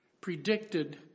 predicted